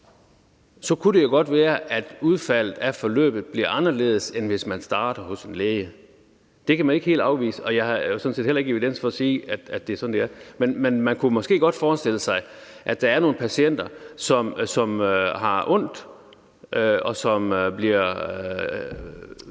kunne det jo godt være, at udfaldet af forløbet bliver anderledes, end hvis man starter hos en læge – det kan man ikke helt afvise. Og jeg har sådan set heller ikke evidens for at sige, at det er sådan, det er. Men man kunne måske godt forestille sig, at der er nogle patienter, som har ondt, og som bliver